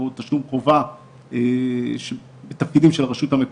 ושרשויות התכנון יציגו לנו את התוואי של המטרו,